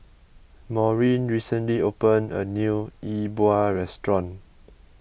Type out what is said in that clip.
Maurine recently opened a new E Bua restaurant